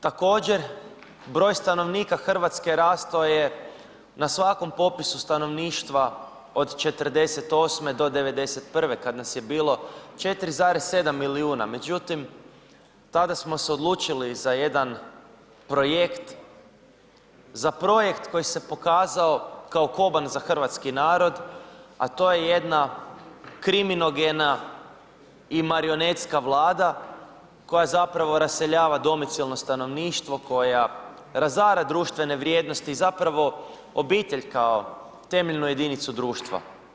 Također broj stanovnika Hrvatske rastao je na svakom popisu stanovništva od '48. do '91. kada nas je bilo 4,7 milijuna, međutim tada smo se odlučili za jedan projekt, za projekt koji se pokazao kao koban za hrvatski narod, a to je jedna kriminogena i marionetska vlada koja zapravo raseljava domicilno stanovništvo, koja razara društvene vrijednosti i zapravo obitelj kao temeljnu jedinicu društva.